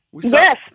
Yes